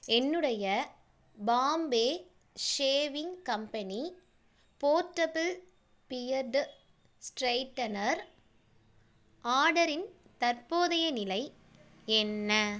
என்னுடைய Bombay shaving company portable beard straightener ஆர்டரின் தற்போதைய நிலை என்ன